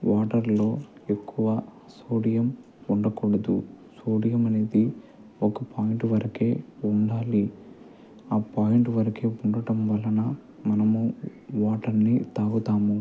వాటర్లో ఎక్కువ సోడియం ఉండకూడదు సోడియం అనేది ఒక పాయింట్ వరకే ఉండాలి ఆ పాయింట్ వరకే ఉండటం వలన మనము వాటర్ని తాగుతాము